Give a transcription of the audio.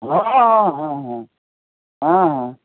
ହଁ ହଁ ହଁ ହଁ ହଁ ହଁ